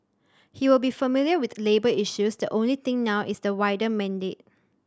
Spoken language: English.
he will be familiar with labour issues the only thing now is the wider mandate